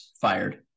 fired